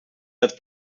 het